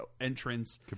entrance